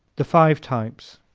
the five types